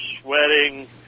sweating